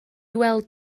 weld